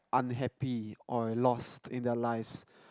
unhappy or lost in their lives